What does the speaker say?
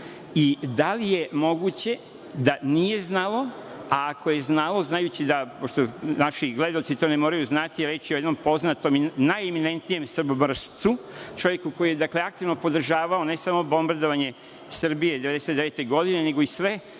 i da li je moguće da nije znalo, a ako je znalo, znajući, a gledaoci to ne moraju znati, reč je o jednom poznatom, najeminentnijem srbomrscu, čovek koji je aktivno podržavao ne samo bombardovanje Srbije 1999. godine nego i sve